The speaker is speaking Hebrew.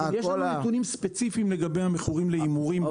יש לנו נתונים ספציפיים לגבי מכורים להימורים,